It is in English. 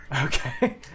Okay